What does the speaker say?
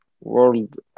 world